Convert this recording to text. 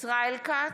ישראל כץ,